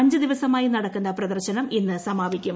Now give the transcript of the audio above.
അഞ്ച് ദിവസമായി നടക്കുന്ന പ്രദ്ർശന്ം ഇന്ന് സമാപിക്കും